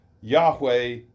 Yahweh